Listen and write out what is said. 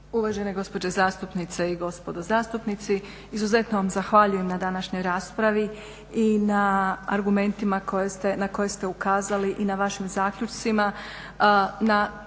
Uvažene gospođe zastupnice i gospodo zastupnici, izuzetno vam zahvaljujem na današnjoj raspravi i na argumentima na koje ste ukazali i na vašim zaključcima.